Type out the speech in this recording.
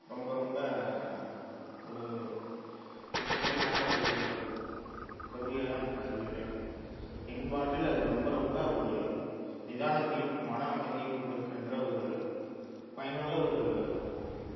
ரொம்ப ரொம்ப ஒரு முக்கியமான ஒரு கருவியாக நான் கருதுகிறேன் என் வாழ்வில் அது ரொம்ப ரொம்ப ஒரு நிதானத்தையும் மன அமைதியும் கொடுக்கின்ற ஒரு பயனுள்ள ஒரு